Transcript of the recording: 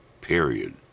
period